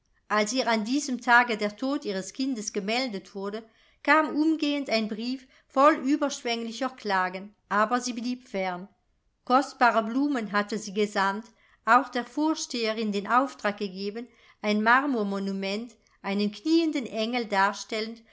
als ihr an diesem tage der tod ihres kindes gemeldet wurde kam umgehend ein brief voll überschwenglicher klagen aber sie blieb fern kostbare blumen hatte sie gesandt auch der vorsteherin den auftrag gegeben ein marmormonument einen knieenden engel darstellend